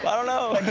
don't know.